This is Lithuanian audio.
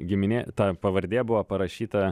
giminė ta pavardė buvo parašyta